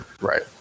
right